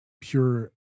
pure